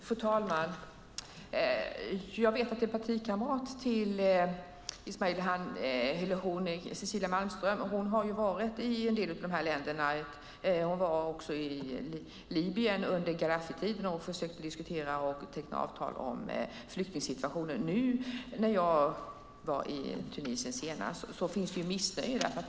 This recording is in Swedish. Fru talman! Jag vet att en partikamrat till Ismail Kamil, Cecilia Malmström, har varit i en del av de här länderna. Hon var också i Libyen under Gaddafitiden och försökte diskutera och teckna avtal om flyktingsituationen. Nu när jag var i Tunisien senast fanns det missnöje där.